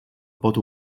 pot